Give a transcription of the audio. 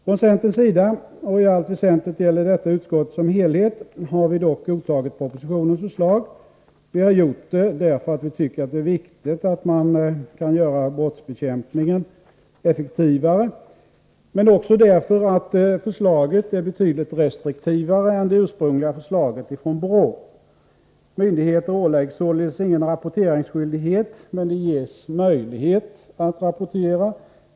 Från centerns sida — och i allt väsentligt gäller detta utskottet som helhet — har vi dock godtagit propositionens förslag. Vi har gjort det därför att vi tycker att det är viktigt att man kan göra brottsbekämpningen effektivare. Men också därför att förslaget är betydligt restriktivare än det ursprungliga förslaget från BRÅ. Myndigheterna åläggs således ingen rapporteringsskyldighet men de ges möjlighet att rapportera.